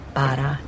para